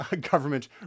government